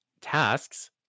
tasks